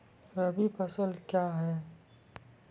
रबी फसल क्या हैं?